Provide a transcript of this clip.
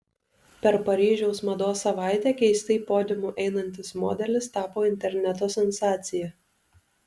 per paryžiaus mados savaitę keistai podiumu einantis modelis tapo interneto sensacija